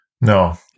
no